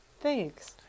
Thanks